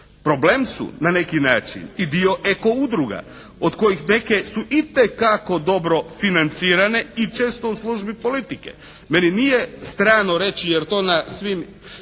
Problem su na neki način i dio eko udruga od kojih neke su itekako dobro financirane i često u službi politike. Meni nije strano reći jer to na svim